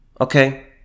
Okay